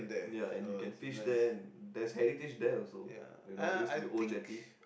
ya and you can fish there and there's heritage there also you know it used to be old jetty